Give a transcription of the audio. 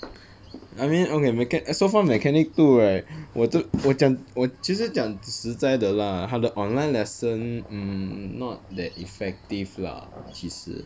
I mean okay mech~ so far mechanic two right 我就我讲我其实讲实在的 lah 它的 online lesson hmm not that effective lah 其实